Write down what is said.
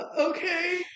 okay